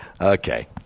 Okay